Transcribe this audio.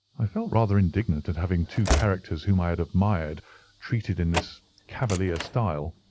i felt rather indignant at having two characters whom i had admired treated in this cavalier style.